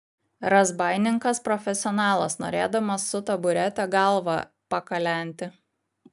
razbaininkas profesionalas norėdamas su taburete galvą pakalenti